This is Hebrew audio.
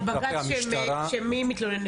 מי מתלונן?